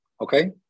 Okay